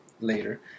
later